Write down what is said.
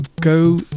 Go